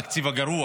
התקציב הגרוע